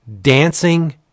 dancing